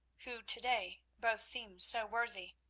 who to-day both seem so worthy.